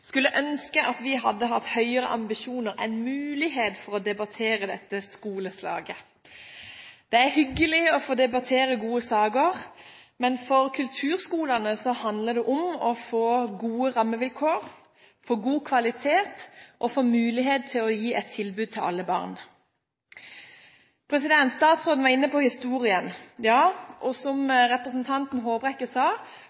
skulle ønske at vi hadde hatt høyere ambisjoner enn mulighet til å debattere dette skoleslaget. Det er hyggelig å få debattere gode saker, men for kulturskolene handler det om å få gode rammevilkår, få god kvalitet og få mulighet til å gi et tilbud til alle barn. Statsråden var inne på historien. Ja, og – som